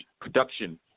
production